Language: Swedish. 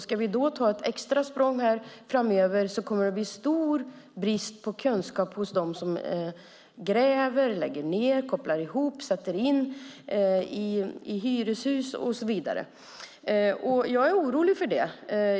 Ska vi ta ett extra språng framöver kommer det att finnas en stor brist på kunskap hos dem som gräver, lägger ned, kopplar ihop, sätter in i hyreshus och så vidare. Jag är orolig för det.